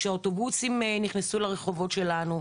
כשאוטובוסים נכנסו לרחובות שלנו,